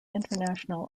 international